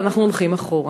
אבל אנחנו הולכים אחורה.